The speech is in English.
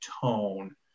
tone